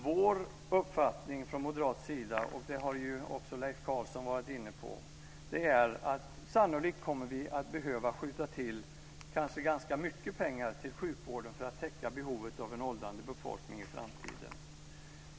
Vår uppfattning från moderat sida, och det har också Leif Carlson varit inne på, är att vi sannolikt kommer att behöva att skjuta till kanske ganska mycket pengar till sjukvården för att täcka behoven av en åldrande befolkning i framtiden.